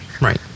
Right